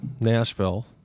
Nashville